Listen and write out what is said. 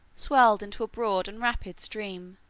swelled into a broad and rapid stream,